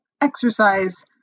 exercise